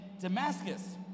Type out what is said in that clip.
Damascus